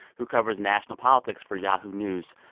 who covers national politics for yahoo news.